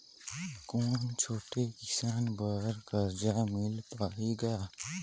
कौन छोटे किसान बर कर्जा मिल पाही ग?